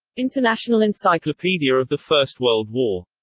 international encyclopedia of the first world war.